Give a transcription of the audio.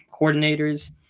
coordinators